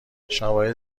شواهد